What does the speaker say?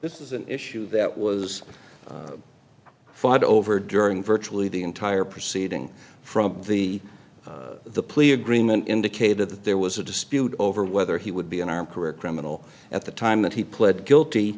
this is an issue that was fought over during virtually the entire proceeding from the the plea agreement indicated that there was a dispute over whether he would be an armed career criminal at the time that he pled guilty